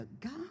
God